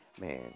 Man